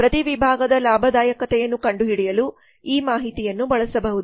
ಪ್ರತಿ ವಿಭಾಗದ ಲಾಭದಾಯಕತೆಯನ್ನು ಕಂಡುಹಿಡಿಯಲು ಈ ಮಾಹಿತಿಯನ್ನು ಬಳಸಬಹುದು